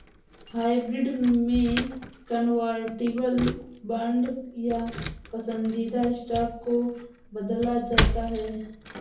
hybrid में convertible bond या पसंदीदा स्टॉक को बदला जाता है